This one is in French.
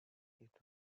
est